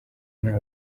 nta